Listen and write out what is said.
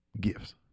gifts